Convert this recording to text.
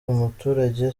umuturage